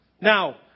now